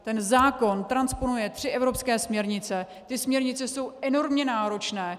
Ten zákon transponuje tři evropské směrnice, ty směrnice jsou enormně náročné.